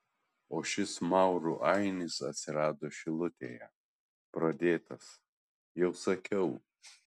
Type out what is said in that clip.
o šis maurų ainis atsirado šilutėje pradėtas jau sakiau